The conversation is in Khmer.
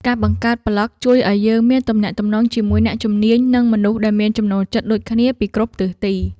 ការបង្កើតប្លក់ជួយឱ្យយើងមានទំនាក់ទំនងជាមួយអ្នកជំនាញ និងមនុស្សដែលមានចំណូលចិត្តដូចគ្នាពីគ្រប់ទិសទី។